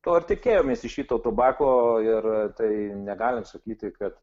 to ir tikėjomės iš vytauto bako ir tai negalim sakyti kad